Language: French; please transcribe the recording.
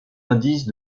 indices